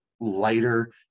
lighter